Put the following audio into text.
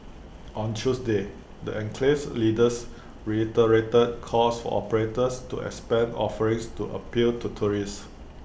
on Tuesday the enclave's leaders reiterated calls for operators to expand offerings to appeal to tourists